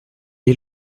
est